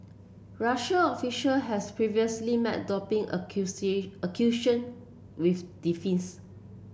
Russian official has previously met doping with